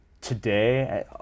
today